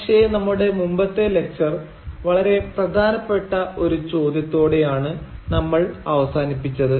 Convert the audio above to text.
പക്ഷേ നമ്മുടെ മുമ്പത്തെ ലക്ച്ചർ വളരെ പ്രധാനപ്പെട്ട ഒരു ചോദ്യത്തോടെയാണ് നമ്മൾ അവസാനിപ്പിച്ചത്